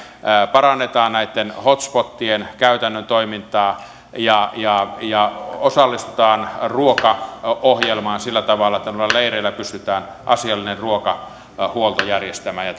parannetaan näitten hot spotien käytännön toimintaa ja ja osallistutaan ruokaohjelmaan sillä tavalla että näillä leireillä pystytään asiallinen ruokahuolto järjestämään ja